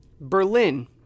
Berlin